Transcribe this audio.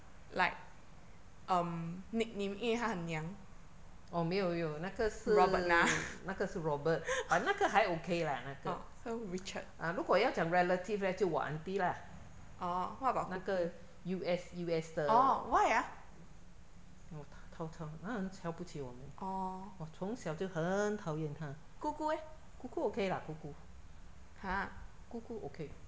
orh 没有没有那个是那个是 robert but 那个还 okay lah 那个啊如果要讲 relative leh 就我 auntie lah 那个 U_S U_S 的我讨超她很瞧不起我们我从小就很讨厌她姑姑 okay 啦姑姑姑姑 okay